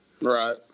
Right